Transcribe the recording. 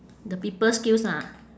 the people skills ah